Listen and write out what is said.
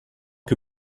que